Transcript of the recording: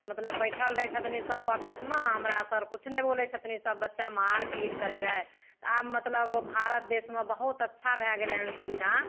मतलब बैठल रहै छथिन सभ ऑफिसमे हमरा सर किछु नहि बोलै छथिन सभ बच्चा मारपीट करै रहै तऽ आब मतलब ओ भारत देसमे बहुत अच्छा भै गेलै हँ सुविधा